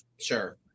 Sure